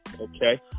okay